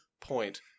point